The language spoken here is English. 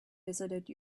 visited